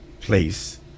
place